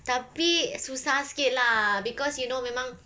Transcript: tapi susah sikit lah because you know memang